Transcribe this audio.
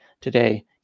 today